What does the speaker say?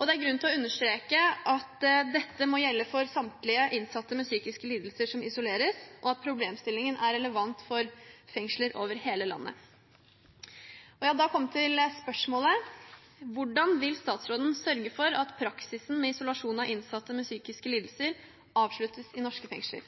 Det er grunn til å understreke at dette må gjelde for samtlige innsatte med psykiske lidelser som isoleres, og at problemstillingen er relevant for fengsler over hele landet. Jeg har da kommet til spørsmålet: Hvordan vil statsråden sørge for at praksisen med isolasjon av innsatte med psykiske lidelser avsluttes i norske